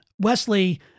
Wesley